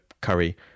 curry